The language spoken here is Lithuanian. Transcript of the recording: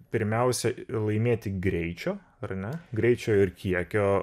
pirmiausia laimėti greičio ar ne greičio ir kiekio